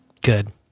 Good